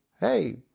hey